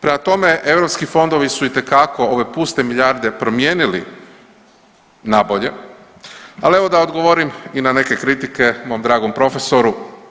Prema tome, europski fondovi su itekako ove puste milijarde promijenili nabolje, al evo da odgovorim i na neke kritike mom dragom profesoru.